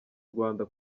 rwanda